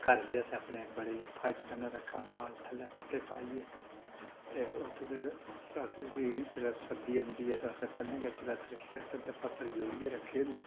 घर बी असें अपने बड़ी फ्हाजत कन्नै रक्खे दा माल थल्लै फ'ट्टे पाइयै ते उत्त फिर अस बी जेल्लै सर्दी औंदी ऐ तां असें पैह्लें गै चलैत्तर शलैत्तर ते पत्तर जोड़ियै रक्खे दे होंदे